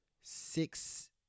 six